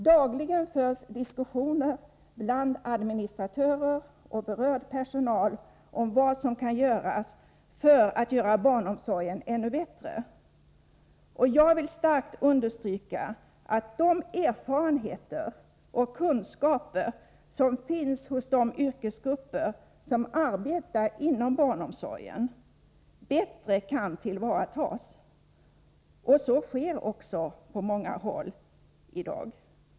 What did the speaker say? Dagligen förs diskussioner bland administratörer och berörd personal om vad som kan göras för att barnomsorgen skall bli ännu bättre. Jag vill starkt understryka att de erfarenheter och kunskaper som finns hos de yrkesgrupper som arbetar inom barnomsorgen bättre kan tillvaratas. Så sker också på många håll i dag.